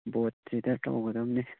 ꯕꯣꯠꯁꯤꯗ ꯇꯧꯒꯗꯝꯅꯤ